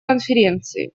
конференции